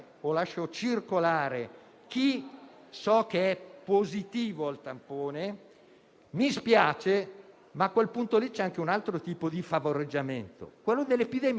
Allora, se diamo per acquisiti questi fatti, e non può essere diversamente, dobbiamo svolgere un altro tipo di relazione e di osservazioni.